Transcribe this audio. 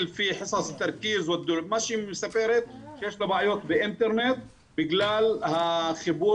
שהיא מספרת שיש לה בעיות באינטרנט בגלל החיבור